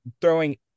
throwing